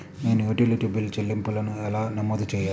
నేను utility bill చెల్లింపులను ఎలా నమోదు చేయాలి?